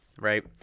right